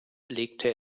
legte